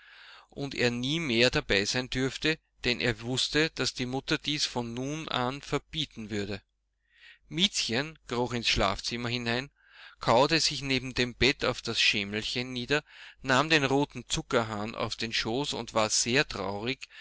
und er nie mehr dabei sein dürfte denn er wußte daß die mutter dies von nun an verbieten würde miezchen kroch ins schlafzimmer hinein kauerte sich neben dem bett auf das schemelchen nieder nahm den roten zuckerhahn auf den schoß und war sehr traurig